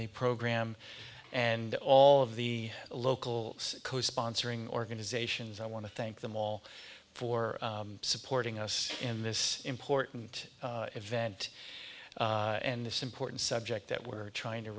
the program and all of the local co sponsoring organizations i want to thank them all for supporting us in this important event in this important subject that we're trying to